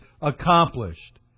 accomplished